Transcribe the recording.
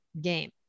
game